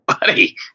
Buddy